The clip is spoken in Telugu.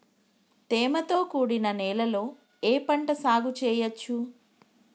తేమతో కూడిన నేలలో ఏ పంట సాగు చేయచ్చు?